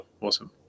awesome